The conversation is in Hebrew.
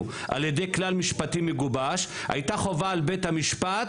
על ידי כלל משפטי מגובש הייתה חובה על בית המשפט